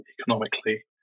economically